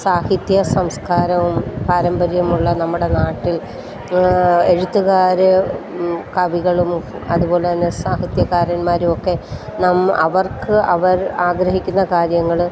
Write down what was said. സാഹിത്യ സംസ്കാരവും പാരമ്പര്യമുള്ള നമ്മുടെ നാട്ടിൽ എഴുത്തുകാർ കവികളും അതുപോലെത്തന്നെ സാഹിത്യകാരന്മാരുമൊക്കെ നമ്മൾ അവർക്ക് അവർ ആഗ്രഹിക്കുന്ന കാര്യങ്ങൾ